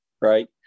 Right